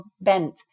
bent